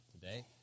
today